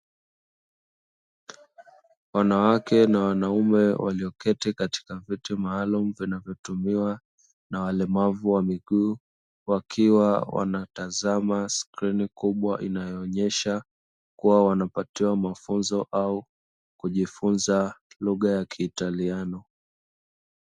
Wanawake na wanaume walioketi katika viti maalumu vinavyotumiwa na walemavu wa miguu, wakiwa wanatazama sikrini kubwa inayoonyesha kuwa wanapatiwa mafunzo au kujifunza lugha ya kiitaliano.